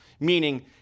Meaning